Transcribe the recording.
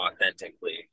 authentically